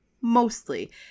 Mostly